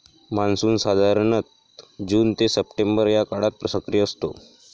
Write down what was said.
monsoon साधारणतः जून ते सप्टेंबर या काळात सक्रिय असतो